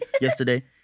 yesterday